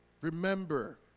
remember